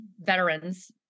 veterans